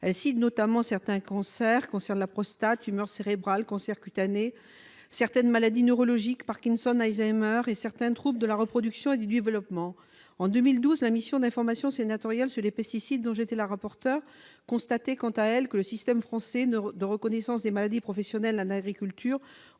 Elle citait notamment certains cancers- prostate, tumeurs cérébrales, cancers cutanés ...-, des maladies neurologiques- Parkinson, Alzheimer ... -et des troubles de la reproduction et du développement. En 2012, la mission d'information sénatoriale sur les pesticides, dont j'étais la rapporteur, constatait, quant à elle, que le système français de reconnaissance des maladies professionnelles en agriculture